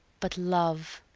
but love,